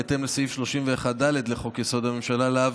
בהתאם לסעיף 31(ד) לחוק-יסוד: הממשלה,